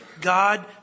God